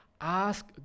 ask